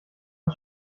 was